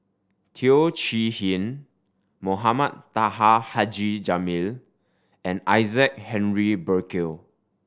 Teo Chee Hean Mohamed Taha Haji Jamil and Isaac Henry Burkill